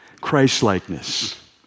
Christlikeness